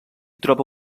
troba